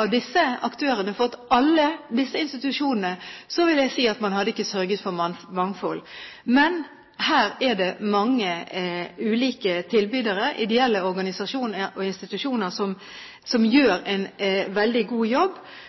av disse aktørene fått alle disse institusjonstildelingene, må jeg si at man ikke hadde sørget for mangfold. Men her er det mange ulike tilbydere, ideelle organisasjoner og institusjoner som gjør en veldig god jobb,